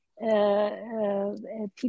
People